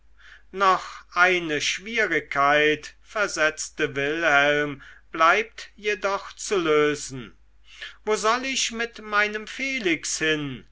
noch eine schwierigkeit versetzte wilhelm bleibt jedoch zu lösen wo soll ich mit meinem felix